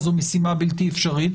היתה בלתי אפשרית,